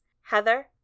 Heather